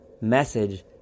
message